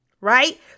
right